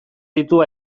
ditu